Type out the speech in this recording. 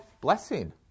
blessing